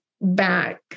back